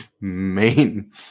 main